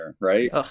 Right